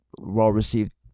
well-received